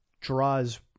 draws